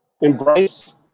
embrace